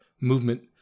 movement